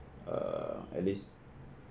uh at least